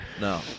No